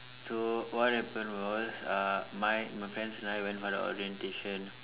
so what happen was uh my my friends and I went for the orientation